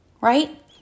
right